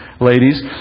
ladies